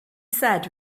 said